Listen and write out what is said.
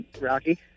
Rocky